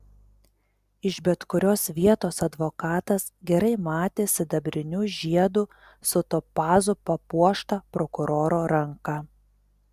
iš bet kurios vietos advokatas gerai matė sidabriniu žiedu su topazu papuoštą prokuroro ranką